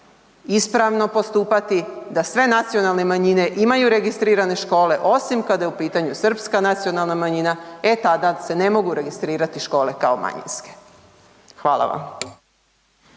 ispravno postupati da sve nacionalne manjine imaju registrirane škole, osim kada je u pitanju Srpska nacionalna manjina, e tada se ne mogu registrirati škole kao manjinske. Hvala vam.